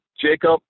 Jacob